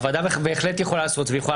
הוועדה בהחלט יכולה לעשות והיא יכולה